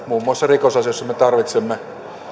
muun muassa rikosasioissa me tarvitsemme